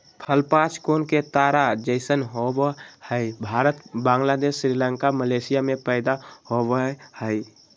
फल पांच कोण के तारा जैसन होवय हई भारत, बांग्लादेश, श्रीलंका, मलेशिया में पैदा होवई हई